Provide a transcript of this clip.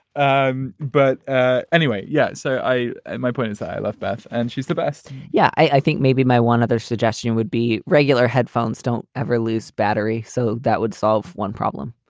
um but ah anyway. yeah. so i my point is i love beth and she's the best yeah. i think maybe my one other suggestion would be regular headphones. don't ever lose battery. so that would solve one problem,